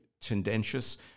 tendentious